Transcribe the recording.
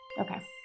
Okay